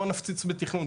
בוא נפציץ בתכנון.